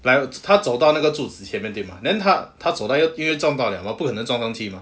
like 他走到那个柱子前面对吗 then 他他走到因为跌撞到了 mah 不可能撞上去 mah